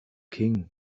king